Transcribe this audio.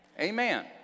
Amen